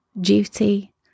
duty